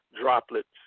droplets